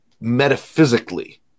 metaphysically